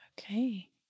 Okay